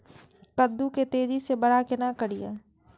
कद्दू के तेजी से बड़ा केना करिए?